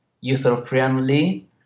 user-friendly